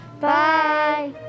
Bye